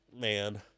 man